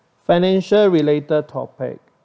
financial related topic